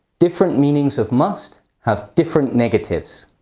different meanings of must have different negatives.